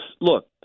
look